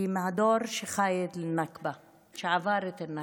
היא מהדור שחי את הנכבה, שעבר את הנכבה.